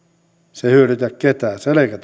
se ei hyödytä ketään selkä tulee kipeäksi